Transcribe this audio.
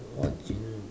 what do you mean